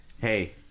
Hey